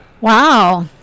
Wow